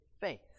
faith